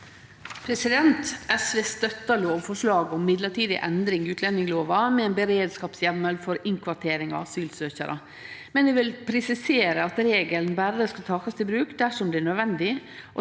SV støttar lovforslaget om midlertidige endringar i utlendingslova med ein beredskapsheimel for innkvartering av asylsøkjarar, men eg vil presisere at regelen berre skal takast i bruk dersom det er nødvendig,